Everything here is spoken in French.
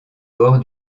bord